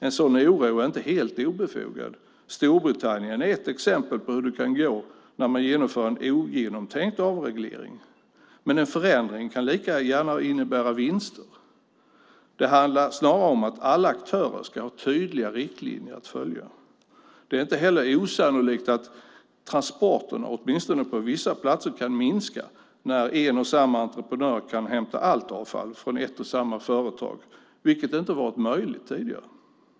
En sådan oro är inte helt obefogad - Storbritannien är ett exempel på hur det kan gå när man genomför en ogenomtänkt avreglering - men en förändring kan lika gärna innebära vinster. Det handlar snarare om att alla aktörer ska ha tydliga riktlinjer att följa. Det är inte heller osannolikt att transporterna åtminstone på vissa platser kan minska när en och samma entreprenör kan hämta allt avfall från ett och samma företag, vilket inte varit möjligt tidigare.